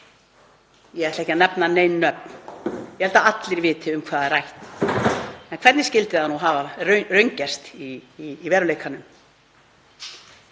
Ég ætla ekki að nefna nein nöfn, ég held að allir viti um hvað er rætt. En hvernig skyldi það nú hafa raungerst í veruleikanum?